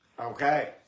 Okay